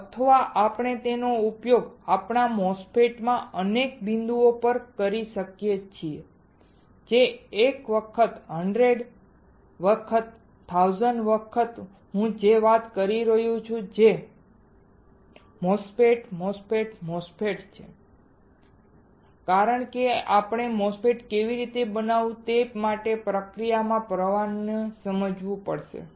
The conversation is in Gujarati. અથવા આપણે તેનો ઉપયોગ આપણા MOSFET માં અનેક બિંદુઓ પર કરી શકીએ છીએ જે એક વખત 100 વખત 1000 વખત હું તે જ વાત કરી રહ્યો છું જે MOSFET MOSFET MOSFET છે કારણ કે આપણે MOSFET કેવી રીતે બનાવવું તે માટે પ્રક્રિયાના પ્રવાહને સમજવું પડશે